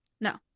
No